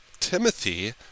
Timothy